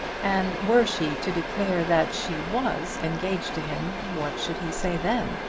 and were she to declare that she was engaged to him, what should he say then?